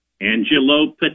Angelo